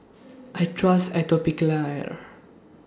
I Trust Atopiclair